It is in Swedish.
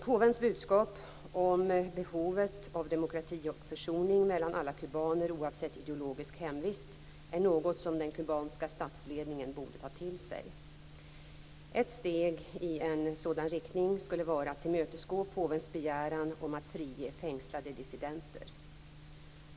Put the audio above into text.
Påvens budskap om behovet av demokrati och försoning mellan alla kubaner oavsett ideologisk hemvist är något som den kubanska statsledningen borde ta till sig. Ett steg i en sådan riktning skulle vara att tillmötesgå påvens begäran om att frige fängslade dissidenter.